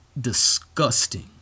disgusting